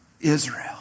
Israel